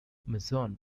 mason